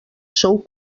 sou